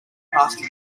past